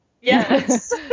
Yes